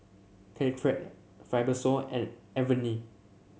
Caltrate Fibrosol and Avene